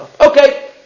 Okay